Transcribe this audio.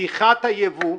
פתיחת הייבוא,